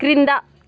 క్రింద